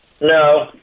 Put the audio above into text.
No